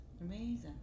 Amazing